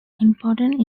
important